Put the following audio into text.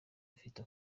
vita